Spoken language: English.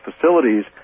facilities